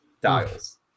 dials